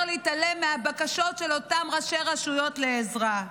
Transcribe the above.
להתעלם מהבקשות של אותם ראשי רשויות לעזרה.